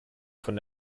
von